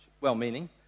well-meaning